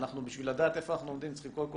בשביל לדעת איפה אנחנו צריכים קודם כל